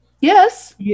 Yes